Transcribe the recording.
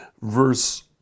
verse